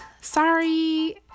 sorry